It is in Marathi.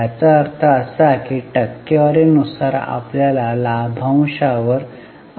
याचा अर्थ असा की टक्केवारी नुसार आपल्याला लाभांशावर आधारित किती परतावा मिळतो